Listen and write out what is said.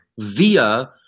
via